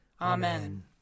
Amen